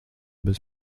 bez